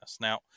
Now